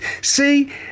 see